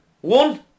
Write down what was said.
One